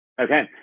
Okay